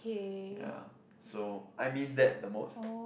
ya so I miss that the most